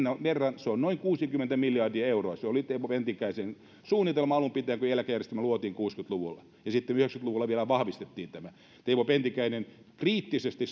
verran se on noin kuusikymmentä miljardia euroa se oli teivo pentikäisen suunnitelma alun pitäen kun eläkejärjestelmä luotiin kuusikymmentä luvulla ja sitten yhdeksänkymmentä luvulla vielä vahvistettiin tämä teivo pentikäinen suhtautui kriittisesti